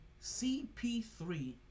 CP3